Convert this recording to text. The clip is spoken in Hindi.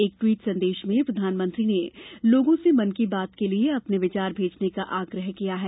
एक ट्वीट संदेश में प्रधानमंत्री ने लोगों से मन की बात की लिए अपने विचार भेजने का आग्रह किया है